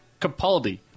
Capaldi